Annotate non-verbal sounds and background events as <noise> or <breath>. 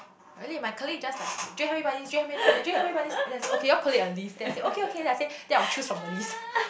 I did my colleague just like Jay help me buy this Jay help me buy that Jay help me buy this then I say okay you all collate a list then I said okay okay then I say that I will choose from the list <breath>